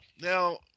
Now